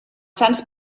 sants